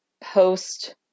post